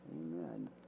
Amen